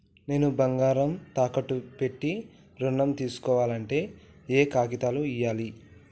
నేను బంగారం తాకట్టు పెట్టి ఋణం తీస్కోవాలంటే ఏయే కాగితాలు ఇయ్యాలి?